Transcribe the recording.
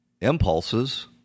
impulses